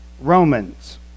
Romans